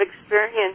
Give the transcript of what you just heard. experience